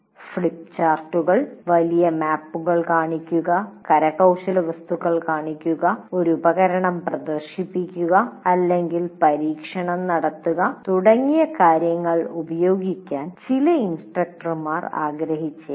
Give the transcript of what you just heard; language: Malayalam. ഫ്ലിപ്പ്ചാർട്ടുകൾ വലിയ മാപ്പുകൾ കാണിക്കുക കരകൌശല വസ്തുക്കൾ കാണിക്കുക ഒരു ഉപകരണം പ്രദർശിപ്പിക്കുക അല്ലെങ്കിൽ ഒരു പരീക്ഷണം നടത്തുക തുടങ്ങിയ കാര്യങ്ങൾ ഉപയോഗിക്കാൻ ചില ഇൻസ്ട്രക്ടർമാർ ആഗ്രഹിച്ചേക്കാം